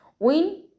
Win